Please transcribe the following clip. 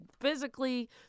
physically